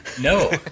No